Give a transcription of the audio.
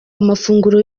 amafunguro